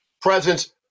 presence